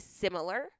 similar